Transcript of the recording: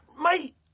Mate